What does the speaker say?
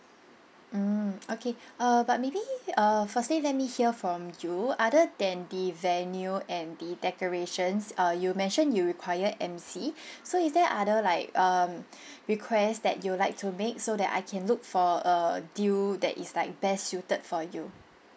mm okay err but maybe err firstly let me hear from you other than the venue and the decorations uh you mentioned you require emcee so is there other like um request that you like to make so that I can look for a deal that is like best suited for you